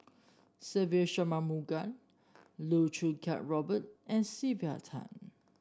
Se Ve Shanmugam Loh Choo Kiat Robert and Sylvia Tan